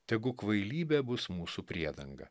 tegu kvailybė bus mūsų priedanga